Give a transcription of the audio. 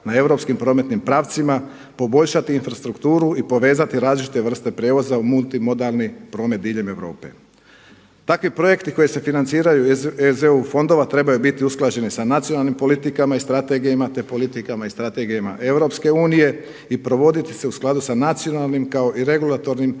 na europskim prometnim pravcima, poboljšati infrastrukturu i povezati različite vrste prijevoza u multimodarni promet diljem Europe. Takvi projekti koji se financiraju iz eu fondova trebaju biti usklađeni sa nacionalnim politikama i strategijama, te politikama i strategijama EU i provoditi se u skladu sa nacionalnim kao i regulatornim okvirom